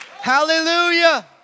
hallelujah